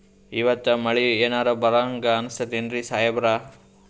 ಇವತ್ತ ಮಳಿ ಎನರೆ ಬರಹಂಗ ಅನಿಸ್ತದೆನ್ರಿ ಸಾಹೇಬರ?